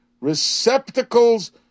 receptacles